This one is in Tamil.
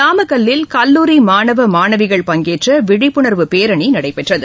நாமக்கல்லில் கல்லூரி மாணவ மாணவிகள் பங்கேற்ற விழிப்புணர்வு பேரணி நடைபெற்றது